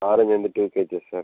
orange வந்து two KG sir